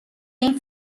این